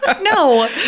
No